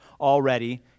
already